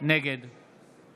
נגד